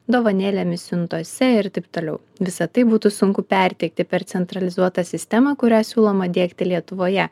dovanėlėmis siuntose ir taip toliau visa tai būtų sunku perteikti per centralizuotą sistemą kurią siūloma diegti lietuvoje